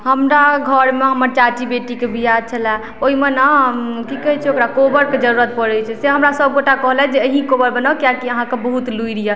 हमरा घरमे हमर चाची बेटीके बियाह छलै ओइमे ने की कहय छै ओकरा कोहबरके जरूरत पड़य छै से हमरा सब गोटे कहलथि जे अहीँ कोहबर बनाउ किएक कि अहाँके बहुत लुइर यऽ